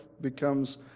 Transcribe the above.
becomes